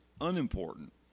unimportant